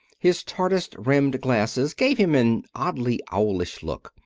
his tortoise-rimmed glasses gave him an oddly owlish look,